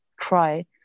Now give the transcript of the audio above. try